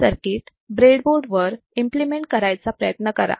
हे सर्किट ब्रेडबोर्डवर इम्प्लिमेंट करायचा प्रयत्न करा